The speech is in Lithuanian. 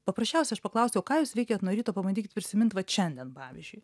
paprasčiausia aš paklausiau o ką jūs veikėt nuo ryto pabandykit prisimint vat šiandien pavyzdžiui